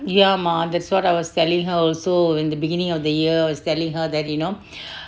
ya mah that's what I was telling her also in the beginning of the year was telling her that you know